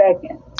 second